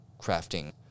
crafting